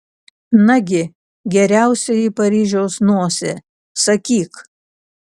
nagi geriausioji paryžiaus nosie sakyk